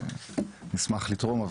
נשמח לתרום,